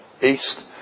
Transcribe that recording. east